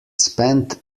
spent